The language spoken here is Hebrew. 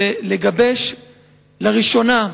היא לגבש לראשונה,